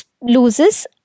loses